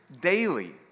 daily